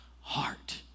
heart